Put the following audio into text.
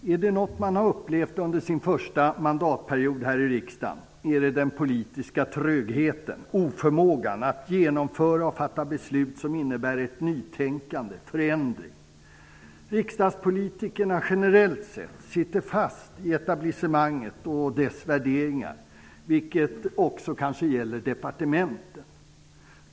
Herr talman! Är det något man har upplevt under sin första mandatperiod här i riksdagen, är det den politiska trögheten -- oförmågan att genomföra och fatta beslut som innebär ett nytänkande, förändring. Riksdagspolitikerna -- generellt sett -- sitter fast i etablissemanget och dess värderingar, vilket kanske också gäller departementen.